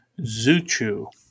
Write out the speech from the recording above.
Zuchu